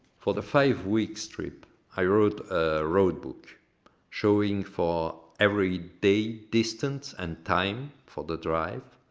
for the five weeks trip i wrote a roadbook showing for every day distance and time for the drive,